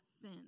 sin